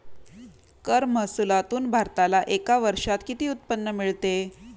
कर महसुलातून भारताला एका वर्षात किती उत्पन्न मिळते?